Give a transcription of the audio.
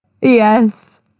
Yes